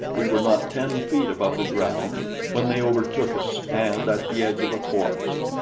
we were not ten feet above the ground when they overtook us, and at the edge of a forest.